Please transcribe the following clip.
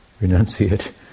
renunciate